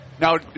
Now